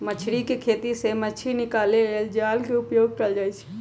मछरी कें खेति से मछ्री निकाले लेल जाल के उपयोग कएल जाइ छै